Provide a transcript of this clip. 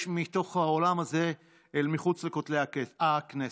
מתוך האולם הזה אל מחוץ לכותלי הכנסת.